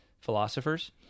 philosophers